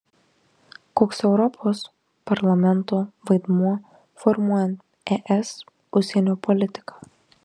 koks europos parlamento vaidmuo formuojant es užsienio politiką